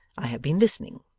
i have been listening